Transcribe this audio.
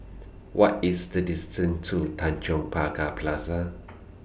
What IS The distance to Tanjong Pagar Plaza